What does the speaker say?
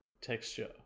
texture